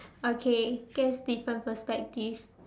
okay guess different perspective